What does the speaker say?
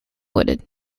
wooded